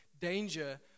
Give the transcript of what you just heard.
danger